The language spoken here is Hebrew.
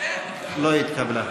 לא התקבלה.